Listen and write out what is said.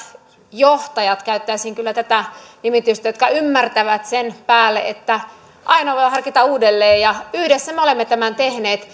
johtajat käyttäisin kyllä tätä nimitystä jotka ymmärtävät sen päälle että aina voi harkita uudelleen ja yhdessä me olemme tämän tehneet